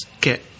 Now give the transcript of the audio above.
get